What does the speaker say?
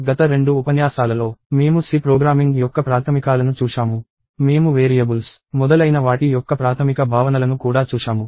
గత రెండు ఉపన్యాసాలలో మేము C ప్రోగ్రామింగ్ యొక్క ప్రాథమికాలను చూశాము మేము వేరియబుల్స్ మొదలైన వాటి యొక్క ప్రాథమిక భావనలను కూడా చూశాము